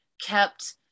kept